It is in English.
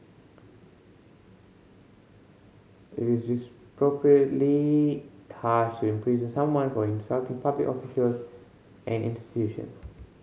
it is harsh to imprison someone for insulting public officials and institution